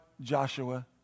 Joshua